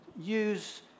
use